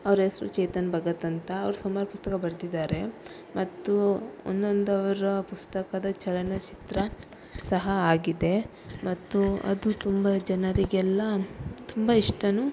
ಅವ್ರ ಹೆಸ್ರು ಚೇತನ್ ಭಗತ್ ಅಂತ ಅವ್ರು ಸುಮಾರು ಪುಸ್ತಕ ಬರೆದಿದಾರೆ ಮತ್ತು ಒಂದೊಂದು ಅವರ ಪುಸ್ತಕದ ಚಲನಚಿತ್ರ ಸಹ ಆಗಿದೆ ಮತ್ತು ಅದು ತುಂಬ ಜನರಿಗೆಲ್ಲ ತುಂಬ ಇಷ್ಟನು